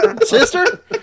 Sister